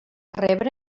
rebre